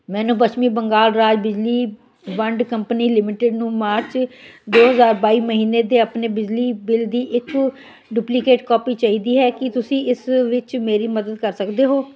ਮੈਨੂੰ ਪੱਛਮੀ ਬੰਗਾਲ ਰਾਜ ਬਿਜਲੀ ਵੰਡ ਕੰਪਨੀ ਲਿਮਟਿਡ ਨੂੰ ਮਾਰਚ ਦੋ ਹਜ਼ਾਰ ਬਾਈ ਮਹੀਨੇ ਦੇ ਆਪਣੇ ਬਿਜਲੀ ਬਿੱਲ ਦੀ ਇੱਕ ਡੁਪਲੀਕੇਟ ਕਾਪੀ ਚਾਹੀਦੀ ਹੈ ਕੀ ਤੁਸੀਂ ਇਸ ਵਿੱਚ ਮੇਰੀ ਮਦਦ ਕਰ ਸਕਦੇ ਹੋ